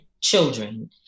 children